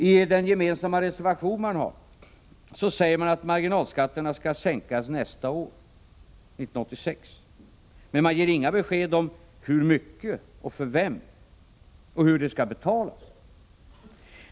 I den gemensamma reservationen sägs att marginalskatterna skall sänkas 1986, men man ger inget besked om hur mycket, för vem eller hur det skall betalas.